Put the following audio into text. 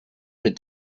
mit